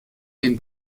den